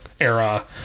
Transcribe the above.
era